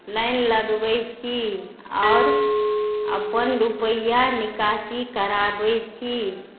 line लगबय छी आओर अपन रुपैआ निकासी कराबय छी